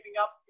up